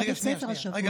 היה בבית ספר השבוע.